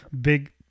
big